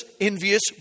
envious